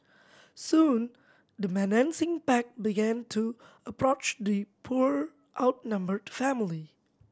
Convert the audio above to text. soon the menacing pack began to approach the poor outnumbered family